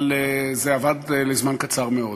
אבל זה עבד לזמן קצר מאוד,